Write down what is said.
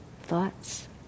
thoughts